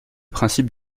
principe